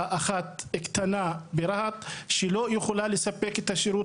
אחת קטנה ברהט שלא יכולה לספק את השירות